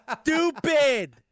stupid